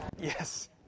Yes